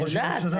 אני יודעת.